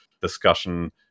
discussion